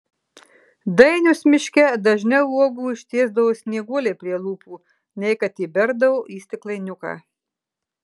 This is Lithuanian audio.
dainius miške dažniau uogų ištiesdavo snieguolei prie lūpų nei kad įberdavo į stiklainiuką